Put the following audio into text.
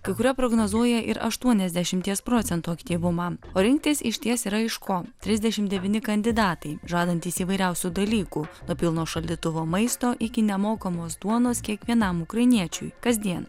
kai kurie prognozuoja ir aštuoniasdešimties procentų aktyvumą o rinktis išties yra iš ko trisdešimt devyni kandidatai žadantys įvairiausių dalykų nuo pilno šaldytuvo maisto iki nemokamos duonos kiekvienam ukrainiečiui kasdien